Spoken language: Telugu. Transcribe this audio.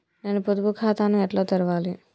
నేను పొదుపు ఖాతాను ఎట్లా తెరవాలి?